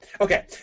Okay